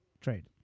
trade